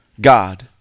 God